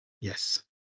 Yes